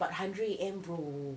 but hundred A_M bro